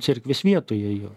cerkvės vietoje jo